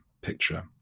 picture